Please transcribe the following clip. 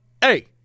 hey